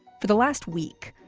for the last week,